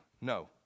No